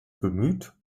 bemüht